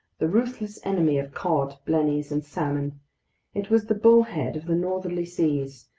the ruthless enemy of cod, blennies, and salmon it was the bullhead of the northerly seas,